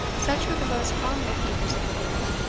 such were the most prominent figures of the group.